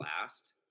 last